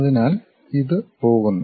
അതിനാൽ ഇത് പോകുന്നു